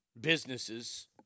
businesses